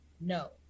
no